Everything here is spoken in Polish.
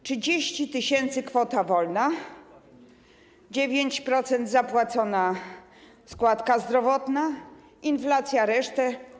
30 tys. - kwota wolna, 9% - zapłacona składka zdrowotna, inflacja - reszta.